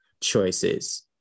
choices